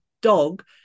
dog